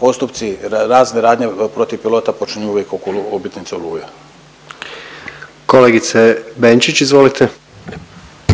postupci razne radnje protiv pilota počinje uvijek oko obljetnice Oluje. **Jandroković, Gordan